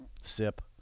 Sip